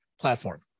platform